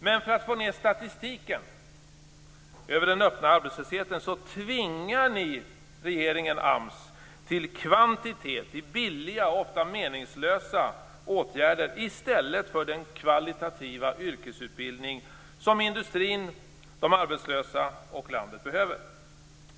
Men för att få ned statistiken över den öppna arbetslösheten tvingar regeringen AMS till kvantitet, billiga ofta meningslösa åtgärder, i stället för den kvalitativa yrkesutbildning som industrin, de arbetslösa och landet behöver.